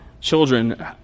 Children